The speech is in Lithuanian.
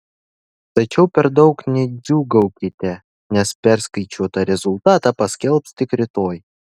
tačiau per daug nedžiūgaukite nes perskaičiuotą rezultatą paskelbs tik rytoj